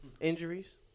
injuries